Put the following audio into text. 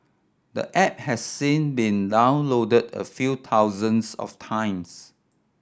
the app has sin been downloaded a few thousands of times